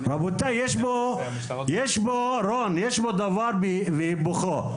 רון, יש פה דבר והיפוכו.